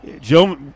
Joe